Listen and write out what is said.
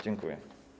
Dziękuję.